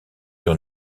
sur